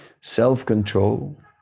Self-control